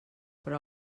però